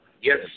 Yes